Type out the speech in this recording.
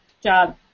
job